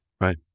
Right